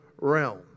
realm